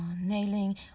nailing